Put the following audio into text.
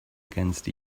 against